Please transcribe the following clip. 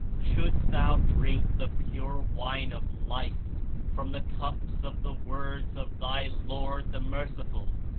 shouldst thou drink the pure wine of life from the cups of the words of thy lord, the merciful,